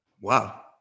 Wow